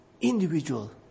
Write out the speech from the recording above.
individual